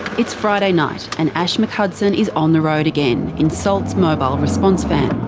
it's friday night, and ash mchudson is on the road again, in salt's mobile response van.